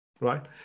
Right